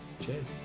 Cheers